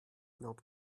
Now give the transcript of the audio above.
not